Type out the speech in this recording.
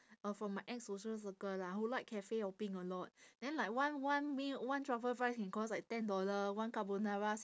uh from my ex-social circle lah who like cafe hopping a lot then like one one meal one truffle fry can cost like ten dollar one carbonara